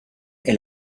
est